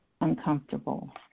uncomfortable